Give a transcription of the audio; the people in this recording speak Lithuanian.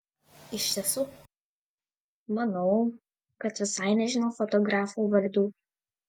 iš tiesų manau kad visai nežinau fotografų vardų